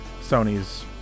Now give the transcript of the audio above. Sony's